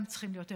שיש פה החרגה,